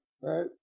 right